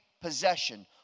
possession